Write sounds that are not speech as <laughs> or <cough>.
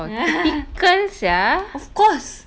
<laughs> of course